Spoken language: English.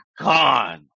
gone